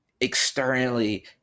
externally